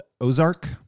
Ozark